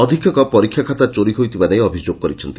ଅଧିକ୍ଷକ ପରୀକ୍ଷା ଖାତା ଚୋରି ହୋଇଥିବା ନେଇ ଅଭିଯୋଗ କରିଛନ୍ତି